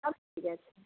ঠিক আছে